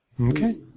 Okay